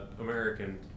American